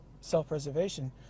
self-preservation